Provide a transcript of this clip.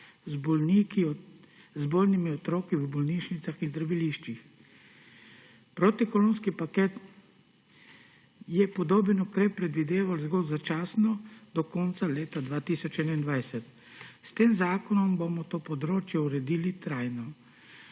z bolnimi otroki v bolnišnicah in zdraviliščih. Protikoronski paket je podoben ukrep predvideval zgolj začasno, do konca leta 2021, s tem zakonom bomo to področje uredili trajno.